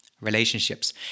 relationships